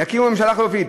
"יקימו ממשלה חלופית".